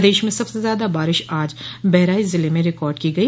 प्रदेश में सबसे ज्यादा बारिश आज बहराइच जिले में रिकार्ड की गई